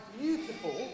beautiful